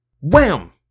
Wham